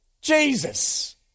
Jesus